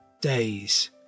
days